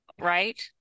Right